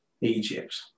Egypt